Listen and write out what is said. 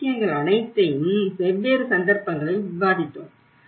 இந்த விஷயங்கள் அனைத்தையும் வெவ்வேறு சந்தர்ப்பங்களில் விவாதித்தோம்